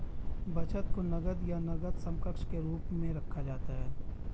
बचत को नकद या नकद समकक्ष के रूप में रखा जाता है